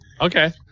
Okay